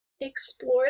explore